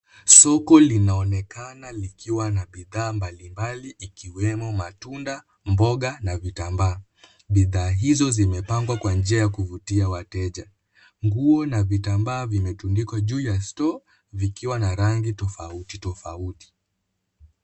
Soko linaonekana likiwa na bidhaa mbalimbali ikiwemo matunda, mboga na vitambaa. Bidhaa hizo zimepangwa kwa njia ya kuvutia wateja. Nguo na vitambaa vimetundikwa juu ya store vikiwa na rangi tofauti tofauti.